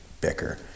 bicker